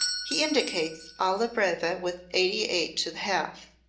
he indicates alla breve with eighty eight to the half.